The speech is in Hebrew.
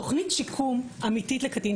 תוכנית שיקום אמיתית לקטין,